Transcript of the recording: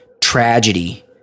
tragedy